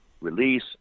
release